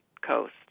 coast